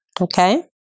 okay